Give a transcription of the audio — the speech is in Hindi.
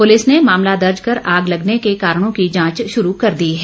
पुलिस ने मामला दर्ज कर आग लगने के कारणों की जांच शुरू कर दी है